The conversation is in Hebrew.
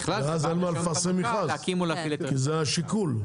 ואז אין מה לפרסם מכרז, כי זה השיקול.